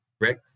Rick